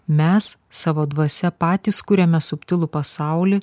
mes savo dvasia patys kuriame subtilų pasaulį